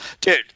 Dude